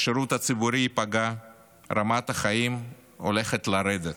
השירות הציבורי ייפגע, רמת החיים הולכת לרדת.